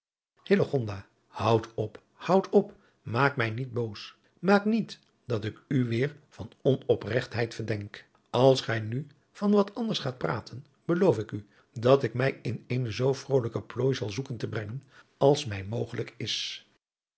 houd op houd op maak mij niet boos maak niet dat ik u weêr van onpregtheid verdenk als gij nu van wat anders gaat praten beloof ik u dat ik mij in eene zoo vrolijke plooi zal zoeken te brengen als mij mogelijk is